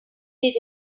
did